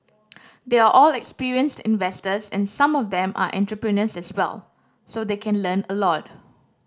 they are all experienced investors and some of them are entrepreneurs as well so they can learn a lot